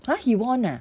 !huh! he won ah